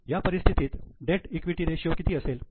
या परिस्थितीत debt equity ratio किती असेल